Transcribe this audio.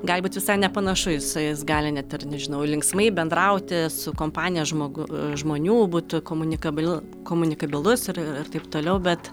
gali būt visai nepanašu jisai jis gali net ir nežinau linksmai bendrauti su kompanija žmogu žmonių būt komunikabil komunikabilus ir ir taip toliau bet